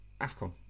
afcon